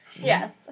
Yes